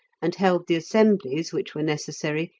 and held the assemblies which were necessary,